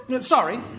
Sorry